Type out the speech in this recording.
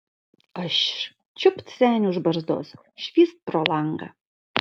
aš čiupt senį už barzdos švyst pro langą